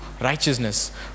righteousness